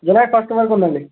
July first వరకు ఉందండి